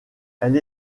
elle